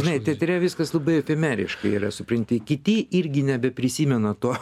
žinai teatre viskas labai efemeriška yra supranti kiti irgi nebeprisimena to